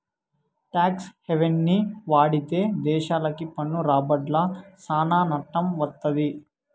talks హెవెన్ని వాడితే దేశాలకి పన్ను రాబడ్ల సానా నట్టం వత్తది